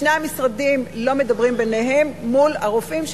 שני המשרדים לא מדברים ביניהם מול הרופאים,